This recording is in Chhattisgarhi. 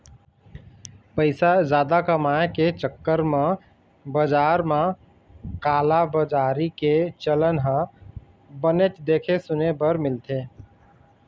पइसा जादा कमाए के चक्कर म बजार म कालाबजारी के चलन ह बनेच देखे सुने बर मिलथे